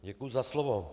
Děkuji za slovo.